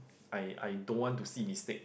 I I don't want to see mistake